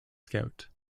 scout